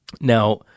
now